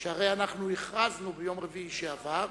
שהרי אנחנו הכרזנו ביום רביעי שעבר: